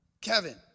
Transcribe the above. Kevin